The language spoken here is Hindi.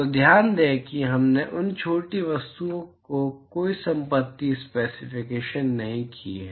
तो ध्यान दें कि हमने उन छोटी वस्तुओं की कोई संपत्ति स्पेसिफाइड नहीं की है